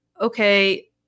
okay